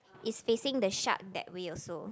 is facing the shark that way also